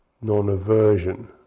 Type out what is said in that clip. non-aversion